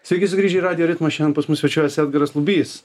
sveiki sugrįžę į radijo ritmą šiandien pas mus svečiuojasi edgaras lubys